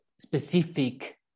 specific